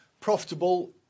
profitable